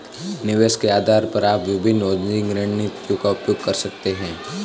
निवेश के आधार पर आप विभिन्न हेजिंग रणनीतियों का उपयोग कर सकते हैं